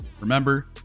Remember